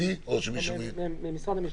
המשפטי או שמישהו --- ממשרד המשפטים.